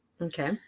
Okay